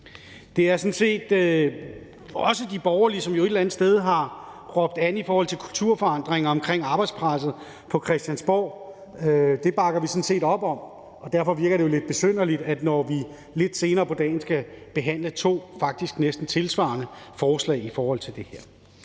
Det er sådan set også de borgerlige, som et eller andet sted har råbt an i forhold til kulturforandringer om arbejdspresset på Christiansborg – det bakker vi sådan set op om – og derfor virker det jo lidt besynderligt, når vi lidt senere på dagen skal behandle to faktisk næsten tilsvarende forslag i forhold til det her.